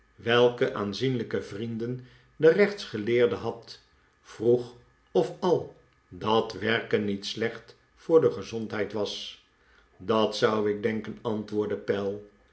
welke aanzienlijke vrienden de rechtsgeleerde had vroeg of al dat werken niet slecht voor de gezondheid was dat zou ik denken antwoordde pell